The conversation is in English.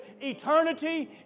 Eternity